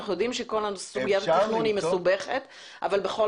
אנחנו יודעים שכל הנושא של תכנון ובנייה ותכנון הוא מסובך אבל בכל